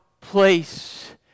place